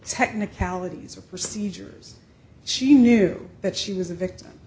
technicalities or procedures she knew that she was a victim